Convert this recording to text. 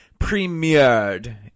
premiered